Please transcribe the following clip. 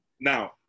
now